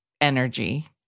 energy